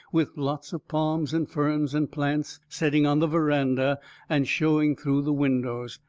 with lots of palms and ferns and plants setting on the verandah and showing through the windows.